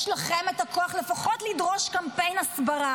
יש לכם את הכוח לפחות לדרוש קמפיין הסברה